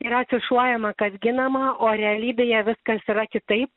yra afišuojama kas ginama o realybėje viskas yra kitaip